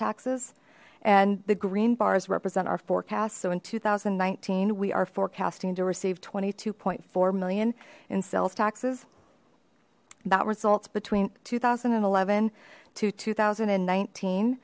taxes and the green bars represent our forecast so in two thousand and nineteen we are forecasting to receive twenty two point four million in sales taxes that results between two thousand and eleven to two thousand and nineteen